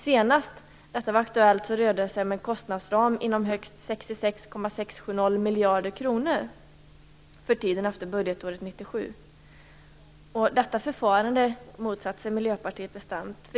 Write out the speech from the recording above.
Senast detta var aktuellt rörde det sig om en kostnadsram på högst Detta förfarande motsätter sig Miljöpartiet bestämt.